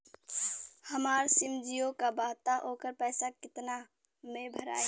हमार सिम जीओ का बा त ओकर पैसा कितना मे भराई?